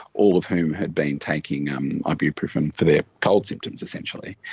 all of whom had been taking um ibuprofen for their cold symptoms essentially.